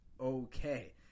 Okay